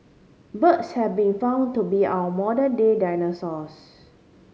birds have been found to be our modern day dinosaurs